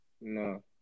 No